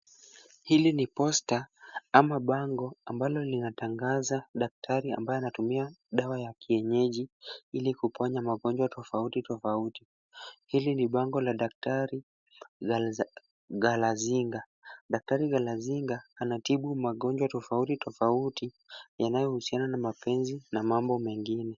Hili ni poster ama bango ambalo linatangaza daktari ambaye anatumia dawa ya kienyeji ili kuponya magonjwa tofauti tofauti. Hili ni bango la daktari Galazinga. Daktari Galazinga anatibu magonjwa tofauti tofauti yanayohusiana na mapenzi na mambo mengine.